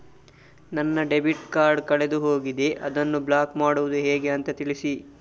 ನನ್ನ debit card ಕಳೆದು ಹೋಗಿದೆ, ಅದನ್ನು ಬ್ಲಾಕ್ ಮಾಡುವುದು ಹೇಗೆ ಅಂತ ತಿಳಿಸಿ?